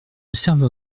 serveur